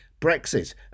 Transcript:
Brexit